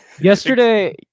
Yesterday